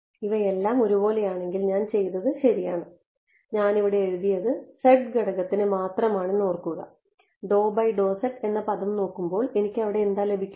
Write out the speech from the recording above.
ഇവയെല്ലാം ഒരുപോലെയാണെങ്കിൽ ഞാൻ ചെയ്തത് ശരിയാണ് ഞാൻ ഇവിടെ എഴുതിയത് ഘടകത്തിന് മാത്രമാണെന്ന് ഓർക്കുക എന്ന പദം നോക്കുമ്പോൾ എനിക്ക് അവിടെ എന്ത് ലഭിക്കും